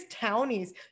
townies